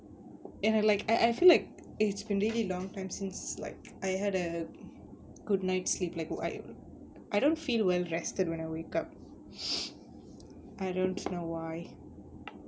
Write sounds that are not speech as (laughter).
and I like I I feel like it's been really long time since like I had a good night's sleep like a while I don't feel well rested when I wake up (noise) I don't know why